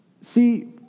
See